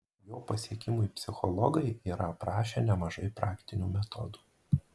jo pasiekimui psichologai yra aprašę nemažai praktinių metodų